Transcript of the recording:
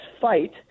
fight